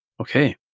Okay